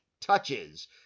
touches